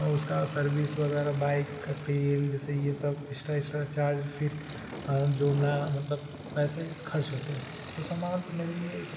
तो उसका सर्विस वगैरह बाइक का तेल जैसे यह सब एक्स्ट्रा एक्स्ट्रा चार्ज फिर जोड़ना मतलब पैसे खर्च होते हैं तो समान तो मेरे लिए एक